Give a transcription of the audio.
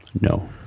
No